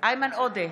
איימן עודה,